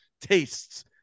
tastes